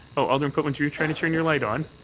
so alderman pootmans, you're trying to turn your light on?